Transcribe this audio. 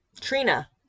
Trina